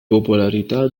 popolarità